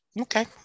okay